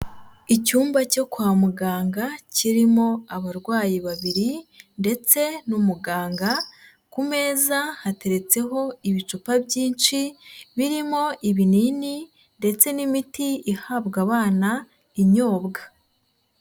Icyumba cyo kwa muganga kirimo abarwayi babiri ndetse n'umuganga, ku meza hateretseho ibicupa byinshi birimo ibinini ndetse n'imiti ihabwa abana inyobwa.